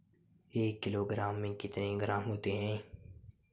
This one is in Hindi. एक किलोग्राम में कितने ग्राम होते हैं?